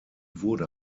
wurde